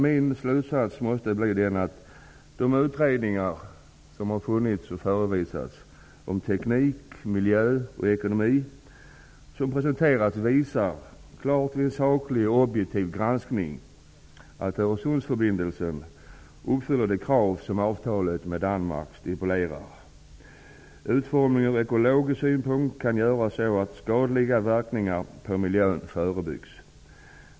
Min slutsats måste bli den att de utredningar som har gjorts och presenterats om teknik, miljö och ekonomi, vid en saklig och objektiv granskning klart visar att Öresundsförbindelsen uppfyller de krav som avtalet med Danmark stipulerar. Utformningen från ekologisk synpunkt kan göras så att skadliga verkningar på miljön förebyggs.